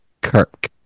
Kirk